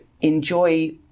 enjoy